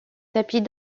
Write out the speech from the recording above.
tapis